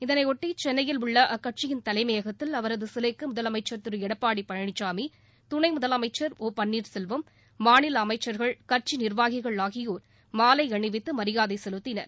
இதனைபொட்டி சென்னையில் உள்ள அக்கட்சியின் தலைமையகத்தில் அவரது சிலைக்கு முதலமைச்சர் திரு எடப்பாடி பழனிசாமி துணை முதலமைச்சர் ஒ பன்ளீர் செல்வம் மாநில அமைச்சர்கள் கட்சி நிர்வாகிகள் ஆகியோர் மாலை அணிவித்து மரியாதை செலுத்தினர்